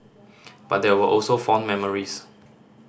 but there were also fond memories